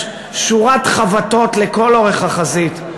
יש שורת חבטות לכל אורך החזית.